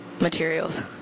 materials